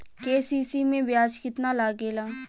KCC में ब्याज कितना लागेला?